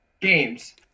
games